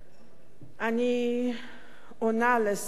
אני עונה לשר אטיאס.